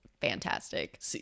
fantastic